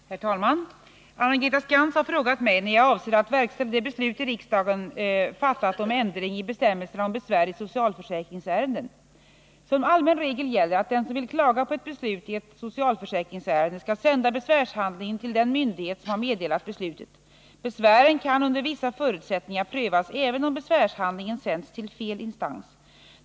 Herr talman! Anna-Greta Skantz har frågat mig när jag avser att verkställa det beslut riksdagen fattat om ändring i bestämmelserna om besvär i socialförsäkringsärenden. Som allmän regel gäller att den som vill klaga på ett beslut i ett socialförsäkringsärende skall sända besvärshandlingen till den myndighet som har meddelat beslutet. Besvären kan under vissa förutsättningar prövas även om besvärshandlingen sänts till fel instans.